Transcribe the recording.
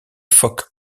phoques